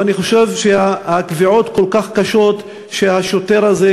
אבל אני חושב שהקביעות כל כך קשות שהשוטר הזה,